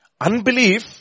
Unbelief